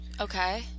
Okay